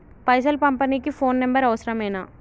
పైసలు పంపనీకి phone number అవసరమేనా?